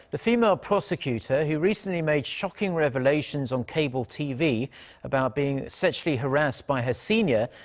the female prosecutor, who recently made shocking revelations on cable tv about being sexually harassed by her senior,